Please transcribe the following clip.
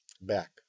Back